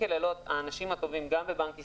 האנשים הטובים גם בבנק ישראל,